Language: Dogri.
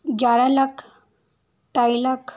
ग्यारह लक्ख ढाई लक्ख